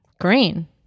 Green